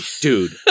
dude